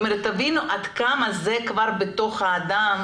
תבינו עד כמה זה כבר בתוך הדם.